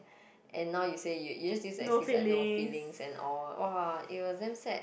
and now you say you you just use the excuse like no feelings and all !wah! it was damn sad